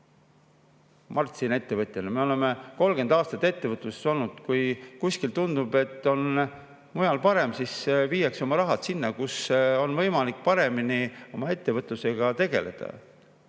Mart siin ettevõtjana, me oleme 30 aastat ettevõtluses olnud. Kui tundub, et kuskil mujal on parem, siis viiakse oma raha sinna, kus on võimalik paremini oma ettevõtlusega tegeleda.